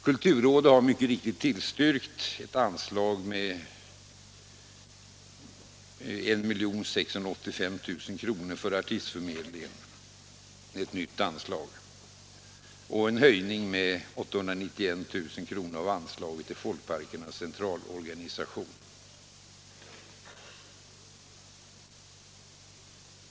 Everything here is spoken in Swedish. Kulturrådet har mycket riktigt tillstyrkt ett anslag på 1685 000 kr. för artistförmedlingen, vilket är ett nytt anslag, och en höjning med 891 000 kr. av anslaget till Folkparkernas centralorganisation.